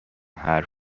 حرف